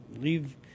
Leave